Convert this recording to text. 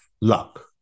luck